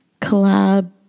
collab